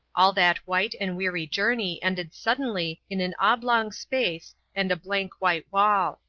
all that white and weary journey ended suddenly in an oblong space and a blank white wall.